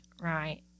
Right